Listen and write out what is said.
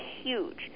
huge